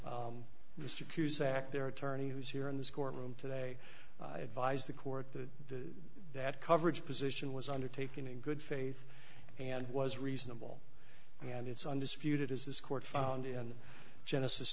their attorney who was here in this courtroom today i advised the court that that coverage position was undertaken in good faith and was reasonable and it's undisputed is this court found in genesis